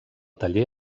taller